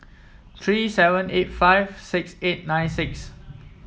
three seven eight five six eight nine six